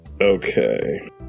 okay